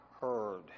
heard